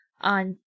on